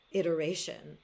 iteration